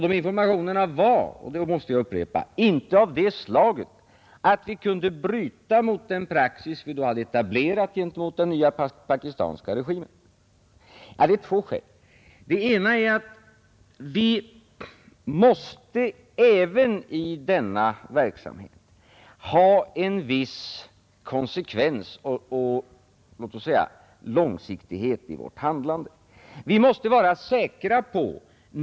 De informationerna var — och det måste jag upprepa — inte av det slaget att vi kunde bryta mot den praxis vi då hade etablerat gentemot den pakistanska regimen. Det finns två skäl. Det ena är att vi även i denna verksamhet måste ha en viss konsekvens och långsiktighet i vårt handlande.